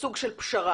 סוג של פשרה,